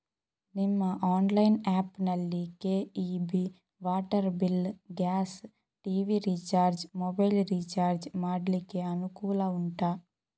ನಿಮ್ಮ online app ನಲ್ಲಿ KEB, water bill, gas, TV recharge, mobile recharge ಮಾಡ್ಲಿಕ್ಕೆ ಅನುಕೂಲ ಉಂಟಾ